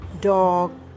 dog